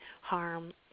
harm